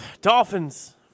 Dolphins